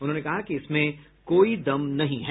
उन्होंने कहा कि इसमें कोई दम नहीं है